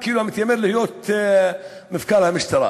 האפשרות השנייה היא לשחרר את הדירות האלה לשוק הדיור.